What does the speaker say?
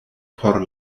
por